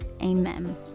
Amen